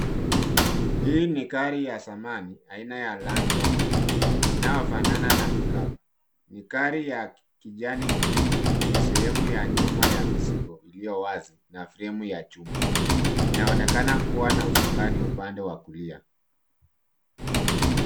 Hii ni gari ya zamani aina ya Land Rover inayofanana na pikapu. Ni gari ya kijani kibichi yenye sehemu ya nyuma ya mzigo iliyowazi na fremu ya chuma. Inaonekana kuwa na usukani upande wa kulia.